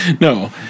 No